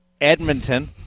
Edmonton